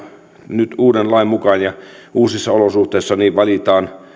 nyt tulevan uuden lain mukaan ja uusissa olosuhteissa valitaan